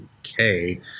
okay